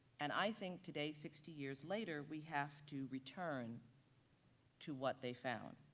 and i think today, sixty years later, we have to return to what they found.